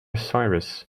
cyrus